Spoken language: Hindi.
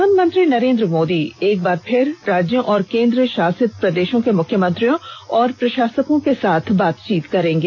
प्रधानमंत्री नरेंद्र मोदी एक बार फिर राज्यों और केंद्रशासित प्रदेशों के मुख्यमंत्रियों व प्रशासकों के साथ बातचीत करेंगे